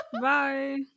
Bye